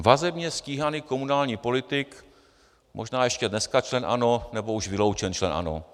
Vazebně stíhaný komunální politik, možná ještě dneska člen ANO, nebo už vyloučený člen ANO.